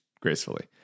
gracefully